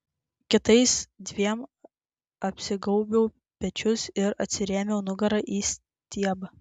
kitais dviem apsigaubiau pečius ir atsirėmiau nugara į stiebą